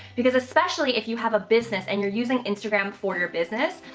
because especially if you have a business and you're using instagram for your business,